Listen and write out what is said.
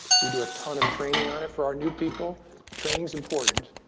we do a ton of training on it for our new people training is important.